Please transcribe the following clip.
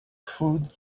food